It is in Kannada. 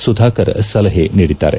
ಸುಧಾಕರ್ ಸಲಹೆ ನೀಡಿದ್ದಾರೆ